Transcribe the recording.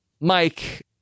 Mike